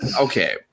Okay